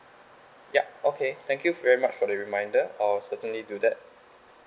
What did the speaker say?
yup okay thank you very much for the reminder I'll certainly do that